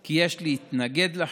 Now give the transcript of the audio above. כי יש להתנגד לחוק.